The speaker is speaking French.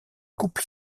couple